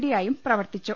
ഡിയായും പ്രവർത്തി ച്ചു